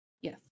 Yes